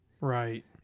Right